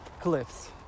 cliffs